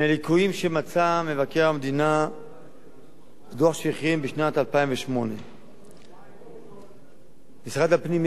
מהליקויים שמצא מבקר המדינה בדוח שהכין בשנת 2008. משרד הפנים,